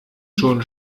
schon